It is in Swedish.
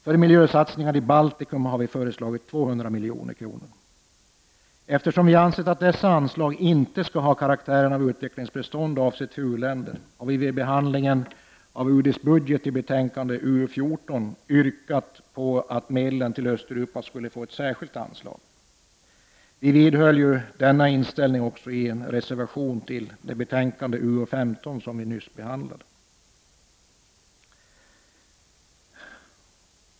För miljösatsningar i Baltikum har vi föreslagit 200 milj.kr. Eftersom vi ansett att dessa anslag inte skall ha karaktären av utvecklingsbistånd avsett för u-länderna har vi vid behandlingen av UD:s budget i betänkandet UU14 yrkat på att medlen till Östeuropa skulle få ett särskilt anslag. Vi vidhöll denna inställning i en reservation till betänkandet UU15, som vi nyss behandlade.